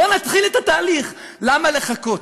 בואו נתחיל את התהליך, למה לחכות,